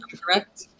Correct